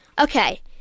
Okay